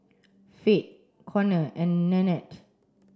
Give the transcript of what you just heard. Fate Conner and Nannette